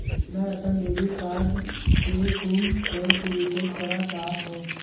मैं अपन debit card के गुम होवे के रिपोर्ट करा चाहत हों